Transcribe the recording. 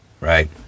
right